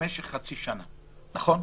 במשך חצי שנה, נכון?